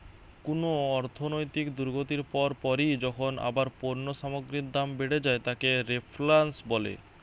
কুনো অর্থনৈতিক দুর্গতির পর পরই যখন আবার পণ্য সামগ্রীর দাম বেড়ে যায় তাকে রেফ্ল্যাশন বলে